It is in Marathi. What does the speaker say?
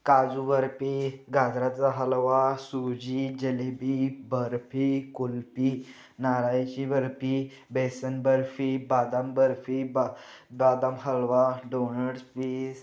काजू बर्फी गाजराचा हलवा सुजी जिलबी बर्फी कुल्फी नारळाची बर्फी बेसन बर्फी बादाम बर्फी बा बादाम हलवा डोनट्स पीज